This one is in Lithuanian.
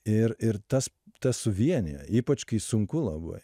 ir ir tas tas suvienija ypač kai sunku labai